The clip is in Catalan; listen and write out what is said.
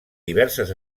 diverses